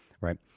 right